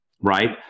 right